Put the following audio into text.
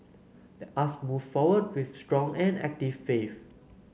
let us move forward with strong and active faith